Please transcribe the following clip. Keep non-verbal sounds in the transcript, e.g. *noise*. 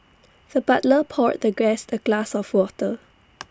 the butler poured the guest A glass of water *noise*